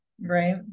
Right